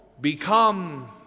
become